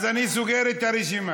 אז אני סוגר את הישיבה.